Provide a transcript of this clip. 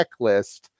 checklist